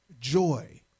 joy